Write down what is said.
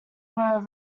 were